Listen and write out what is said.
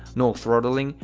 no throttling,